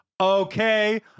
okay